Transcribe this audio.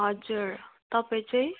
हजुर तपाईँ चाहिँ